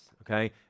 okay